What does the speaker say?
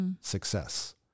success